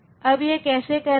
अब यह कैसे करना है